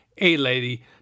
A-Lady